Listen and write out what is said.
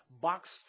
box